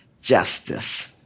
Justice